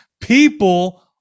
People